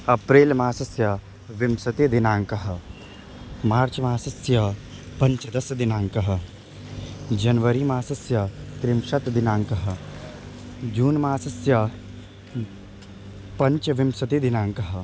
अप्रेल् मासस्य विंशतिदिनाङ्कः मार्च् मासस्य पञ्चदशदिनाङ्कः जन्वरि मासस्य त्रिंशत् दिनाङ्कः जून् मासस्य पञ्चविंशतिदिनाङ्कः